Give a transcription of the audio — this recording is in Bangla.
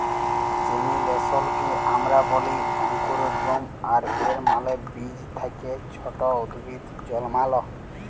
জেমিলেসলকে আমরা ব্যলি অংকুরোদগম আর এর মালে বীজ থ্যাকে ছট উদ্ভিদ জলমাল